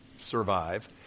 survive